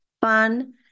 fun